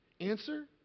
answer